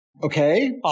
Okay